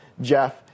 Jeff